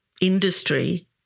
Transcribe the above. industry